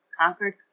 conquered